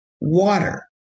Water